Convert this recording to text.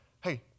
hey